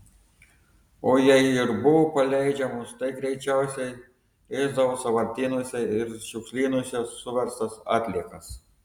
o jei ir buvo paleidžiamos tai greičiausiai ėsdavo sąvartynuose ir šiukšlynuose suverstas atliekas